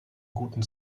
guten